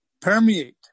permeate